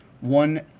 one